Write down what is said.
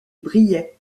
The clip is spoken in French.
briey